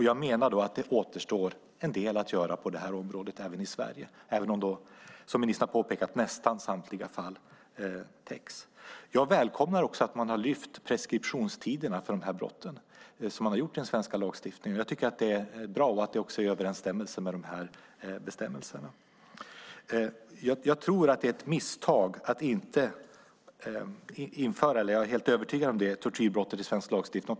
Jag menar att det återstår att göra en del på detta område i Sverige, även om, som ministern har påpekat, nästan samtliga fall täcks. Jag välkomnar också att man har lyft upp preskriptionstiderna för dessa brott, som man har gjort i den svenska lagstiftningen. Jag tycker att det är bra och också i överensstämmelse med dessa bestämmelser. Jag tror - eller jag är helt övertygad om - att det är ett misstag att inte införa tortyrbrott i svensk lagstiftning.